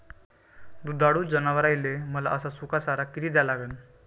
दुधाळू जनावराइले वला अस सुका चारा किती द्या लागन?